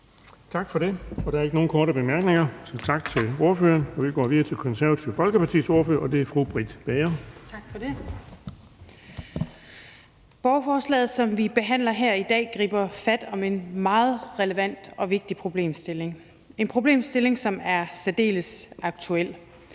Bonnesen): Der er ikke nogen korte bemærkninger, så tak til ordføreren. Vi går videre til Det Konservative Folkepartis ordfører, og det er fru Britt Bager. Kl. 16:15 (Ordfører) Britt Bager (KF): Borgerforslaget, som vi behandler her i dag, griber fat om en meget relevant og vigtig problemstilling – en problemstilling, som er særdeles aktuel.